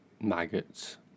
maggots